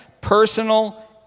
personal